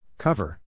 Cover